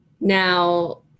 Now